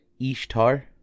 Ishtar